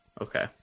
Okay